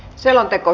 selonteko